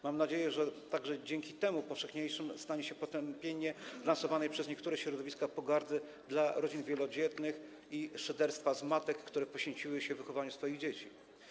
Mam nadzieję, że także dzięki temu powszechniejszym stanie się potępienie lansowanej przez niektóre środowiska pogardy dla rodzin wielodzietnych i szyderstwa z matek, które poświęciły się wychowaniu swoich dzieci.